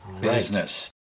business